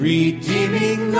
Redeeming